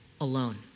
alone